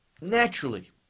Naturally